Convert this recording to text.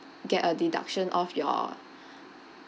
get a deduction off your